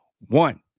one